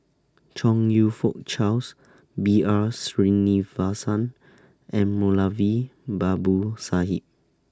Chong YOU Fook Charles B R Sreenivasan and Moulavi Babu Sahib